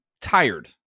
tired